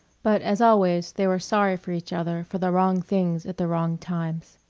but, as always, they were sorry for each other for the wrong things at the wrong times.